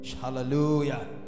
Hallelujah